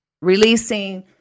releasing